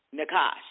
Nakash